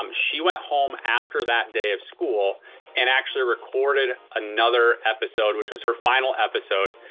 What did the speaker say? um she went home after that day of school and actually recorded another episode which was her final episode.